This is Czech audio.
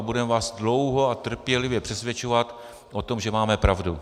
A budeme vás dlouho a trpělivě přesvědčovat o tom, že máme pravdu.